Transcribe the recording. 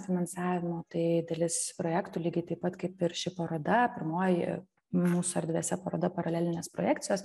finansavimo tai dalis projektų lygiai taip pat kaip ir ši paroda pirmoji mūsų erdvėse paroda paralelinės projekcijos